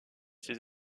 ces